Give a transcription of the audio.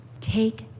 Take